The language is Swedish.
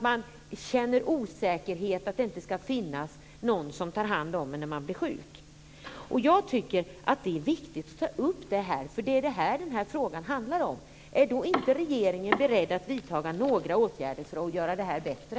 Man känner osäkerhet och tror inte att det ska finnas någon som tar hand om en när man blir sjuk. Det är viktigt att ta upp det här. Det är vad frågan handlar om. Är regeringen inte beredd att vidta några åtgärder för att göra det bättre?